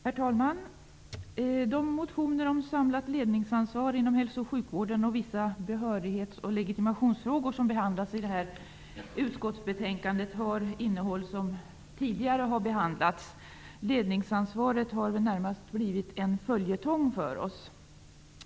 Herr talman! De motioner om samlat ledningsansvar inom hälso och sjukvården och vissa behörighets och legitimationsfrågor som behandlas i detta utskottsbetänkande har innehåll som tidigare behandlats. Ledningsansvaret har närmast blivit en följetong.